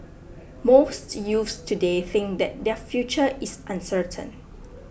most youths today think that their future is uncertain